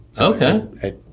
Okay